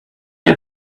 you